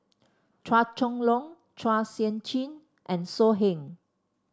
Chua Chong Long Chua Sian Chin and So Heng